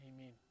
Amen